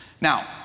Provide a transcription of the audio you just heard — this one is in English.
Now